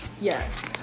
Yes